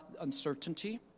uncertainty